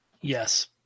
Yes